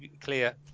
clear